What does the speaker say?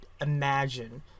imagine